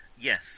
Yes